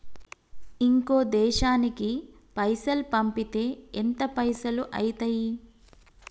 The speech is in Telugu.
ఇంకో దేశానికి పైసల్ పంపితే ఎంత పైసలు అయితయి?